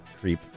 Creep